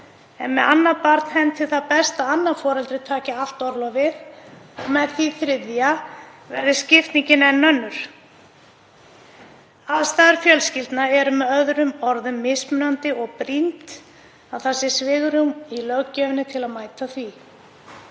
en með annað barn henti best að annað foreldrið taki allt orlofið og með því þriðja verði skiptingin enn önnur. Aðstæður fjölskyldna eru með öðrum orðum mismunandi og brýnt að það sé svigrúm í löggjöfinni til að mæta því.